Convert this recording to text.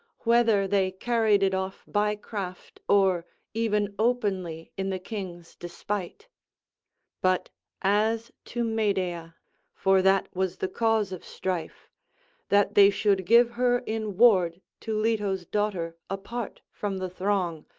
whether they carried it off by craft or even openly in the king's despite but as to medea for that was the cause of strife that they should give her in ward to leto's daughter apart from the throng,